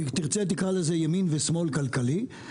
אם תרצה תקרא לזה ימין ושמאל כלכלי,